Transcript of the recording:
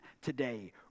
today